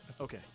Okay